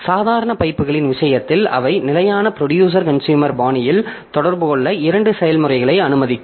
சாதாரண பைப்புகளின் விஷயத்தில் அவை நிலையான ப்ரொடியூசர் கன்சுயூமர் பாணியில் தொடர்பு கொள்ள இரண்டு செயல்முறைகளை அனுமதிக்கும்